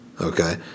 Okay